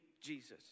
Jesus